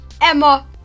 Emma